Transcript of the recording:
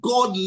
God